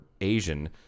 Asian